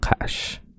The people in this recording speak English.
cash